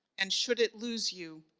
and, should it lose you,